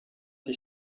die